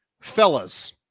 fellas